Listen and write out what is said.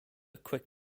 quick